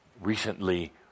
recently